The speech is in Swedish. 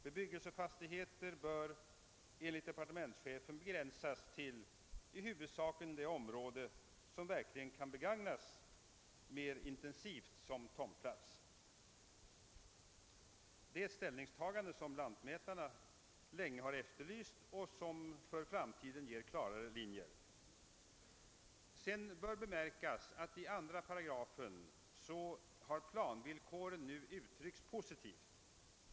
Bebyggelsefastigheter bör enligt departementschefen begränsas till i huvudsak det område som verkligen kan begagnas mer intensivt som tomtplats. Det är ett ställningstagande som lantmätarna länge har efterlyst och som för framtiden ger klarare linjer. Sedan bör det bemärkas att i 2 § planvillkoren nu har uttryckts positivt.